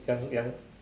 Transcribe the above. young young